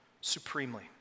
supremely